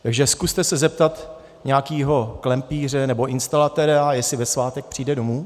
Takže zkuste se zeptat nějakého klempíře nebo instalatéra, jestli ve svátek přijde k vám domů.